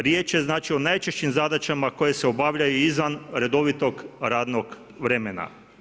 Riječ je, znači, o najčešćim zadaćama koje se obavljaju izvan redovitog radnog vremena.